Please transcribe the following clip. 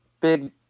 big